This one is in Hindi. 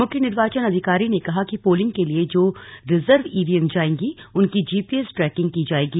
मुख्य निर्वाचन अधिकारी ने कहा कि पोलिंग के लिए जो रिजर्व ईवीएम जाएंगी उनकी जीपीएस ट्रैकिंग की जायेगी